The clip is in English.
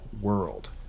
world